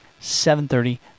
7.30